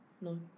No